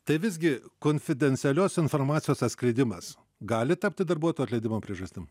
tai visgi konfidencialios informacijos atskleidimas gali tapti darbuotojo atleidimo priežastim